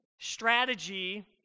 strategy